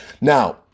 Now